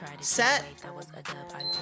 set